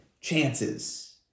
chances